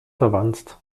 verwanzt